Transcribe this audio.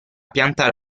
pianta